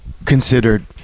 Considered